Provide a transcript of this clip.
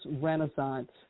renaissance